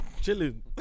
chilling